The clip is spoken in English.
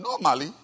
normally